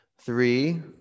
Three